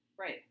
Right